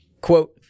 quote